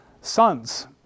Sons